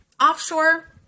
Offshore